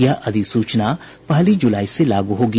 यह अधिसूचना पहली जुलाई से लागू होगी